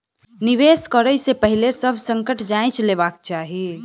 निवेश करै से पहिने सभ संकट जांइच लेबाक चाही